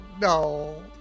no